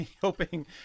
hoping